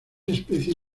especie